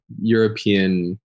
European